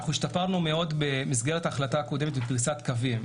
אנחנו השתפרנו מאוד במסגרת ההחלטה הקודמת בפריסת קווים.